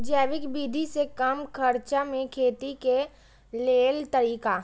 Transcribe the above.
जैविक विधि से कम खर्चा में खेती के लेल तरीका?